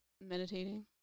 meditating